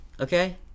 Okay